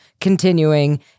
continuing